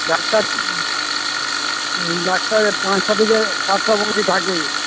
doctor doctor পাঁচটা থেকে সাতটা পর্যন্ত থাকে